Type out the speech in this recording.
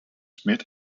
schmidt